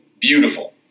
beautiful